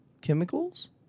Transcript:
chemicals